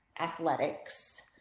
athletics